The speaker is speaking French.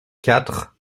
quatre